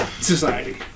Society